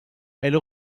elle